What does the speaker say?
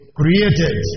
created